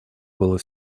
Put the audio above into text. было